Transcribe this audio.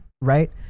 right